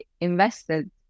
invested